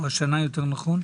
או השנה יותר נכון?